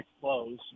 close